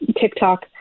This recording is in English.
TikTok